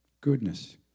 goodness